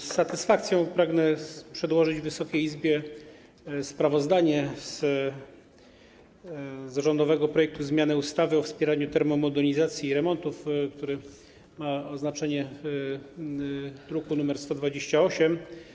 Z satysfakcją pragnę przedłożyć Wysokiej Izbie sprawozdanie odnośnie do rządowego projektu zmiany ustawy o wspieraniu termomodernizacji i remontów, który jest zawarty w druku nr 128.